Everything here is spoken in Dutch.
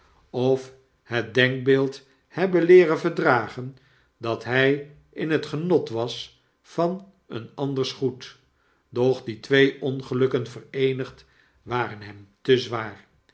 of het denkbeeld hebben leeren verdragen dat hy in het genot was van een anders goed doch die twee ongelukken vereenigd waren hem te zwaar